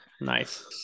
Nice